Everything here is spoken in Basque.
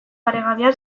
paregabearen